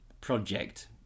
project